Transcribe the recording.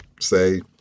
say